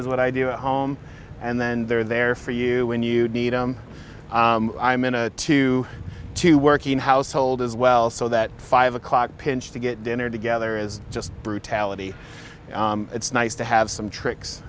is what i do at home and then they're there for you when you need them i'm in a two two working household as well so that five o'clock pinch to get dinner together is just brutality it's nice to have some tricks